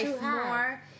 more